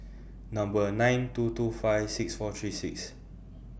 Number nine two two five six four three six